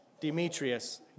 Demetrius